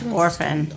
orphan